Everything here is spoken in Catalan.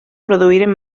produïren